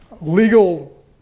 legal